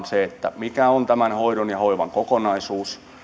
se mikä on tämän hoidon ja hoivan kokonaisuus